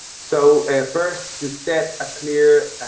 so first to set a clear